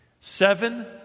Seven